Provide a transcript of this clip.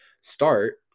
start